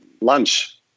lunch